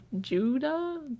Judah